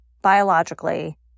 biologically